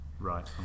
Right